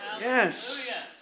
Yes